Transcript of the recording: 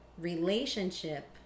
relationship